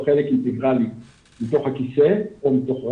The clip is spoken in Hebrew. חלק אינטגרלי מתוך הכיסא או מתוך הרכב,